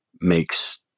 makes